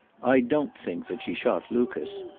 i don't think that she shot lucas.